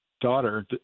daughter